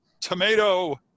tomato